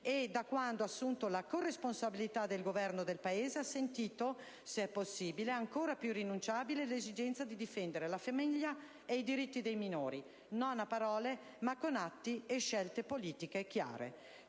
e da quando ha assunto la corresponsabilità del Governo del Paese ha sentito, se è possibile, come ancor più irrinunciabile l'esigenza di difendere la famiglia e i diritti dei minori, non a parole ma con atti e scelte politiche chiare.